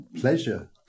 Pleasure